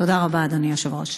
תודה רבה, אדוני היושב-ראש.